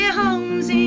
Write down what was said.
home's